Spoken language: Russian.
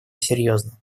серьезно